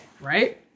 Right